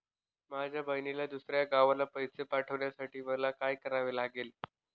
माझ्या बहिणीला दुसऱ्या गावाला पैसे पाठवण्यासाठी मला काय करावे लागेल?